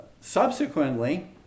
Subsequently